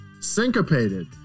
syncopated